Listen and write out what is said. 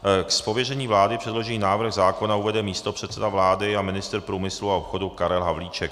Z pověření vlády předložený návrh zákona uvede místopředseda vlády a ministr průmyslu a obchodu Karel Havlíček.